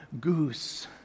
goose